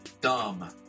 dumb